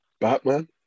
Batman